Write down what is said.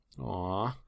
Aw